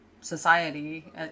society